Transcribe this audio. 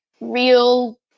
real